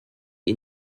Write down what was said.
ihn